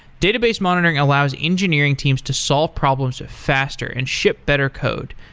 database monitoring allows engineering teams to solve problems faster and ship better code.